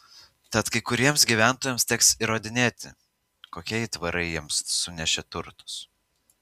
tad kai kuriems gyventojams teks įrodinėti kokie aitvarai jiems sunešė turtus